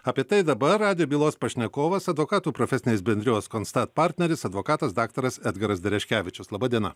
apie tai dabar radijo bylos pašnekovas advokatų profesinės bendrijos konstat partneris advokatas daktaras edgaras dereškevičius laba diena